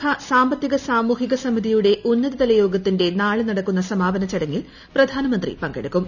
ഐകൃരാഷ്ട്ര സഭാ സാമ്പത്തിക് സാമൂഹിക സമിതിയുടെ ഉന്നത തലൂർയോഗ്ത്തിന്റെ നാളെ നടക്കുന്ന സമാപന ചുടങ്ങിൽ പ്രധാനമന്ത്രി പങ്കെടുക്കും